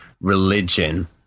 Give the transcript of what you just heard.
religion